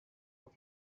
are